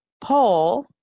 poll